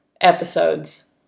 episodes